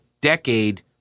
decade